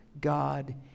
God